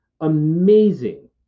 amazing